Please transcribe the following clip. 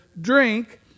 drink